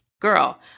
Girl